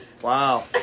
Wow